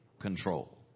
control